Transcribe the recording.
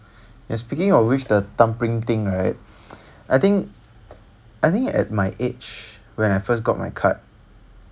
yes speaking of which the thumbprint thing right I think I think at my age when I first got my card